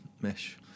mesh